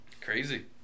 Crazy